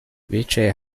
bicaye